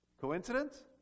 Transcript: Coincidence